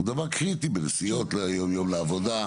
הוא דבר קריטי בנסיעות יום יום לעבודה.